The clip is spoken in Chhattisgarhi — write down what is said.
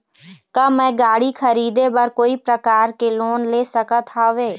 का मैं गाड़ी खरीदे बर कोई प्रकार के लोन ले सकत हावे?